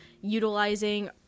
utilizing